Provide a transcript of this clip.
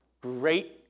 great